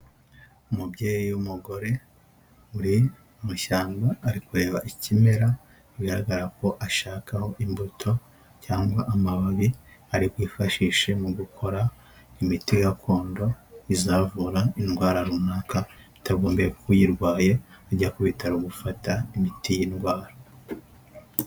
Umubyeyi w'umugore uri mushyamba, ari kureba ikimera. Bigaragara ko ashakaho imbuto cyangwa amababi aribwifashishe mu gukora imiti gakondo, izavura indwara runaka itagombye ku uyirwaye ajya ku bitaro gufata imiti y'indwara.